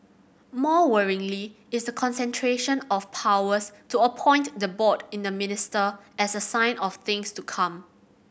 more worryingly is the concentration of powers to appoint the board in the minister as a sign of things to come